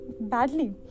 badly